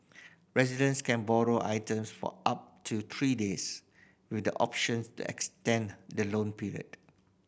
residents can borrow items for up to three days with the options to extend the loan period